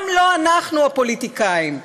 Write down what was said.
גם לא אנחנו הפוליטיקאים.